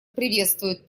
приветствует